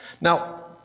Now